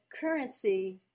currency